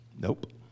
Nope